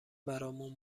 برامون